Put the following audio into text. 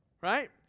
Right